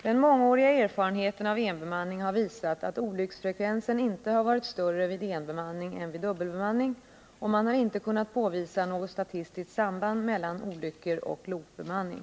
Den mångåriga erfarenheten av enbemanning har visat att olycksfrekvensen inte har varit större vid enbemanning än vid dubbelbemanning och man har inte kunnat påvisa något statistiskt samband mellan olyckor och lokbemanning.